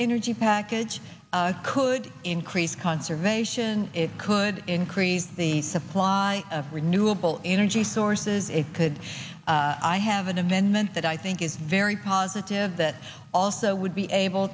energy package could increase conservation it could increase the supply of renewable energy sources it could i have an amendment that i think is very positive that also would be able